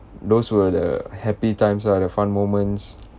those were the happy times lah the fun moments